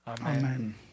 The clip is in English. Amen